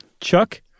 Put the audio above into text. Chuck